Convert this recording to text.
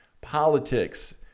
politics